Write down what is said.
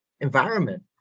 environment